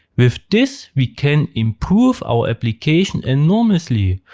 with this, we can improve our application enormously.